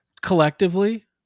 Collectively